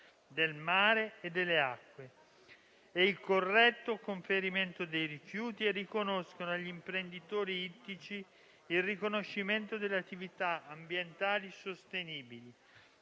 del mare e delle acque e il corretto conferimento dei rifiuti e conferiscono agli imprenditori ittici il riconoscimento delle attività ambientali sostenibili,